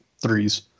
threes